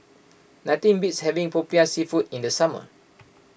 nothing beats having Popiah Seafood in the summer